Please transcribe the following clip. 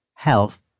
health